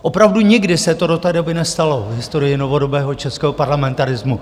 Opravdu nikdy se to do té doby nestalo v historii novodobého českého parlamentarismu.